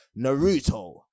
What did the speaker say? Naruto